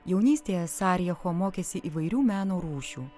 jaunystėje sarijecho mokėsi įvairių meno rūšių